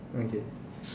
okay